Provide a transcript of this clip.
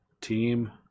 team